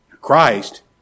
Christ